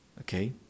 okay